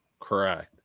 Correct